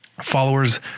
followers